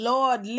Lord